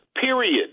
period